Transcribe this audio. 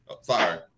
Sorry